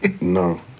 No